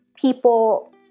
people